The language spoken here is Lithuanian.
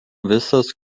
visas